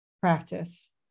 practice